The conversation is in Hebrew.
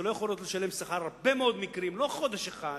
שלא יכולות לשלם שכר בהרבה מאוד מקרים לא חודש אחד,